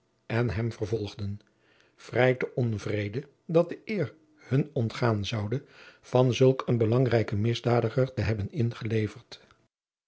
en hem volgden vrij te onvrede dat de eer hun ontgaan zoude van zulk een belangrijken misdadiger te hebben ingeleverd